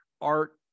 art